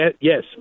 yes